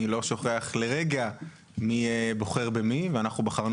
לא שוכחים לרגע מי בוחר במי ואנחנו בחרנו